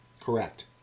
Correct